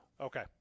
Okay